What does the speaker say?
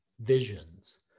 visions